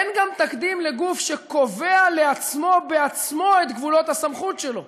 אין גם תקדים לגוף שקובע לעצמו בעצמו את גבולות הסמכות שלו.